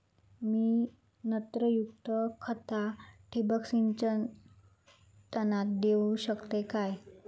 मी नत्रयुक्त खता ठिबक सिंचनातना देऊ शकतय काय?